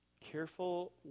careful